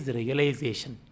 realization